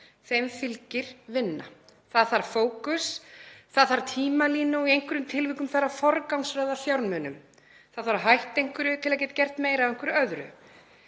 þeim fylgir vinna, það þarf fókus, það þarf tímalínu og í einhverjum tilvikum þarf að forgangsraða fjármunum. Það þarf að hætta einhverju til að geta gert meira af einhverju öðru.